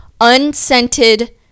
unscented